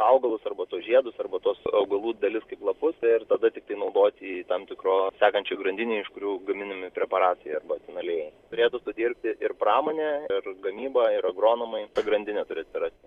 augalus arba tuos žiedus arba tuos augalų dalis kaip lapus ir tada tiktai naudoti tam tikro sakančioj grandinėj iš kurių gaminami preparatai arba ten aliejai turėtų sudirbti ir pramonė ir gamyba ir agronomai ta grandinė turi atsirasti